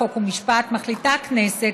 חוק ומשפט מחליטה הכנסת,